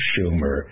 Schumer